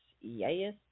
Yes